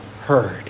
heard